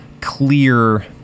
clear